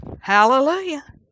Hallelujah